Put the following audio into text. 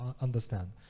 understand